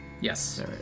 Yes